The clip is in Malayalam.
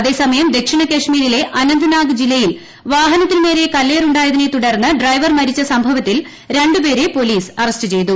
അതേ സമയം ദക്ഷിണ കശ്മീരിലെ അനന്തനാഗ് ജില്ലയിൽ വാഹനത്തിനുനേരെ കല്ലേറുണ്ടായതിനെ തുടർന്ന് ഡ്രൈവർ മരിച്ചു സംഭവത്തിൽ രണ്ടു പേരെ പൊലീസ് അറസ്റ്റ് ചെയ്തു